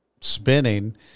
spinning